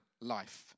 life